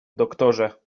doktorze